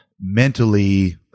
mentally